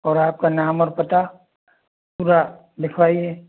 और आपका नाम और पता पूरा लिखवाइए